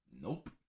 Nope